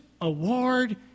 award